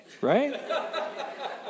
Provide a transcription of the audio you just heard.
right